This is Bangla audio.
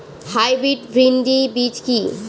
হাইব্রিড ভীন্ডি বীজ কি?